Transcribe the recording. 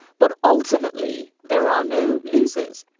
but ultimately there are no losers.